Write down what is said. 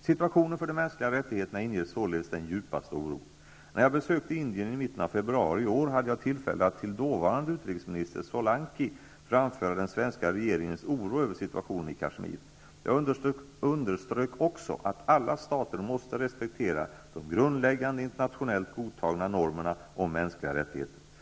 Situationen för de mänskliga rättigheterna inger således den djupaste oro. När jag besökte Indien i mitten av februari i år hade jag tillfälle att till dåvarande utrikesminister Solanki framföra den svenska regeringens oro över situationen i Kashmir. Jag underströk också att alla stater måste respektera de grundläggande, internationellt godtagna normerna om mänskliga rättigheter.